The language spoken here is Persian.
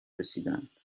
رسیدند